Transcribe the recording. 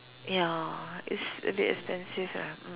ya it's a bit expensive lah mm